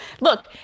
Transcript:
Look